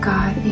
God